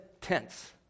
tense